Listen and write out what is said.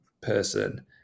person